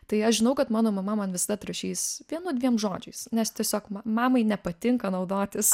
tai aš žinau kad mano mama man visada atrašys vienu dviem žodžiais nes tiesiog ma mamai nepatinka naudotis